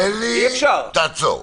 אלי, תעצור.